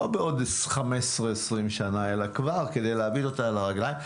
לא בעוד 20-15 שנים אלא כבר עתה כדי להעמיד אותה על הרגליים,